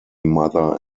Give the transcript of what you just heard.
mother